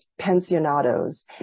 pensionados